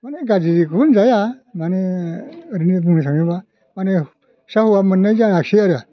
माने गारजिखौ होनजाया माने ओरैनो बुंनो थाङोबा माने फिसा हौवा मोननाय जायाख्सै आरो